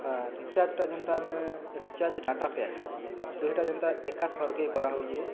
ଆ recharge ଟା ଯେଣ୍ଟା ଆମେ ରିଚାର୍ଜ୍ ଡାଟା ପ୍ୟାକ୍ ଦୁଇଟା ଯେନ୍ତା ଏକାଥରକେ କରାହଉଛେ